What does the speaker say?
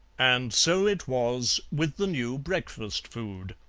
and so it was with the new breakfast food.